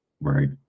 Right